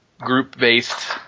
group-based